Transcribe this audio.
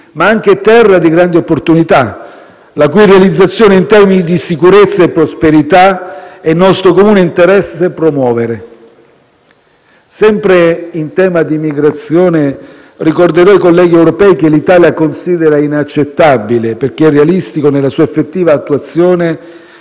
ma anche terra di grandi opportunità, la cui realizzazione in termini di sicurezza e prosperità è nostro comune interesse promuovere. Sempre in tema di migrazione, ricorderò ai colleghi europei che l'Italia considera inaccettabile, perché irrealistico nella sua effettiva attuazione,